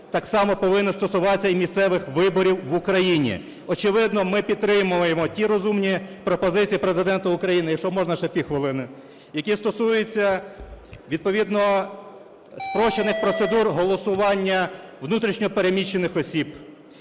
так само повинен стосуватися місцевих виборів в Україні. Очевидно, ми підтримаємо ті розумні пропозиції Президента України (якщо можна, ще півхвилини), які стосуються відповідно спрощених процедур голосування внутрішньо переміщених осіб,